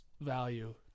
value